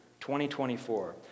2024